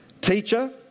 teacher